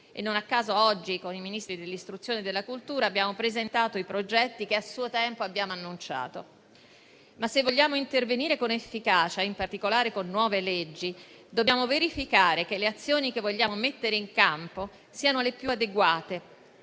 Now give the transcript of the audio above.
Non a caso oggi, con i Ministri dell'istruzione e della cultura abbiamo presentato i progetti che a suo tempo abbiamo annunciato. Ma, se vogliamo intervenire con efficacia, in particolare con nuove leggi, dobbiamo verificare che le azioni che vogliamo mettere in campo siano le più adeguate